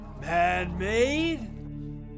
Man-made